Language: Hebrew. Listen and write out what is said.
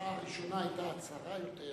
ההצעה הראשונה היתה יותר הצהרה.